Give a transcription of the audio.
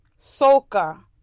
soca